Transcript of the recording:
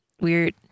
Weird